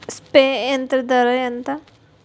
Spray యంత్రం ధర ఏంతా?